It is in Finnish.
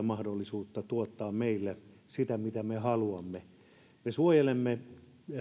mahdollisuutta tuottaa meille sitä mitä me haluamme me suojelemme